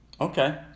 Okay